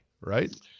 right